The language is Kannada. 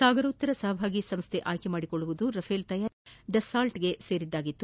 ಸಾಗರೋತ್ತರ ಸಹಭಾಗಿ ಸಂಸ್ಥೆ ಆಯ್ಕೆ ಮಾಡಿಕೊಳ್ಳುವುದು ರಫೇಲ್ ತಯಾರಿಕಾ ಸಂಸ್ಥೆ ಡಸಾಲ್ಟೆಗೆ ಸೇರಿದ್ದಾಗಿತ್ತು